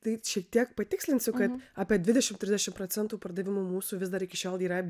taip šiek tiek patikslinsiu kad apie dvidešim trisdešim procentų pardavimų mūsų vis dar iki šiol yra